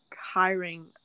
hiring